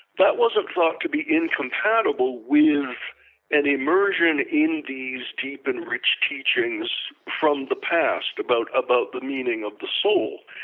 that wasn't thought to be incompatible with an immersion in these deep and rich teachings from the past about about the meaning of the soul.